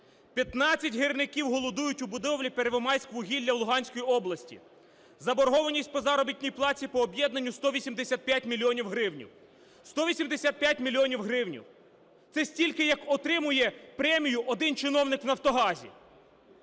15 гірників голодують у будівлі "Первомайськвугілля" Луганської області. Заборгованість по заробітній платі по об'єднанню – 185 мільйонів гривень. 185 мільйонів гривень – це стільки, як отримує премію один чиновник в "Нафтогазі".